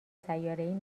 سیارهای